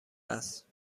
است